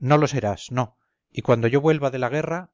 no lo serás no y cuando yo vuelva de la guerra